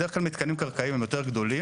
בדרך כלל מתקנים קרקעיים הם יותר גדולים,